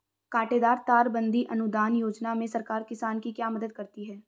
कांटेदार तार बंदी अनुदान योजना में सरकार किसान की क्या मदद करती है?